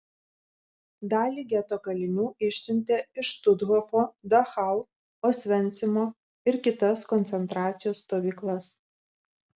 dalį geto kalinių išsiuntė į štuthofo dachau osvencimo ir kitas koncentracijos stovyklas